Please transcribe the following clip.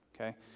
Okay